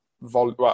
volume